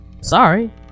Sorry